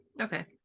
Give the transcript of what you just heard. Okay